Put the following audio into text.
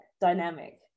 dynamic